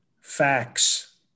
facts